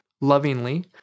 lovingly